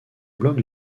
blogs